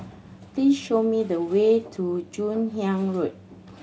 please show me the way to Joon Hiang Road